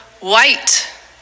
white